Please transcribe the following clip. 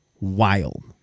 wild